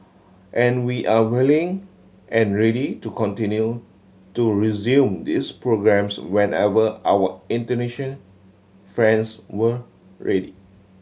and we are willing and ready to continue to resume this programmes whenever our Indonesian friends were ready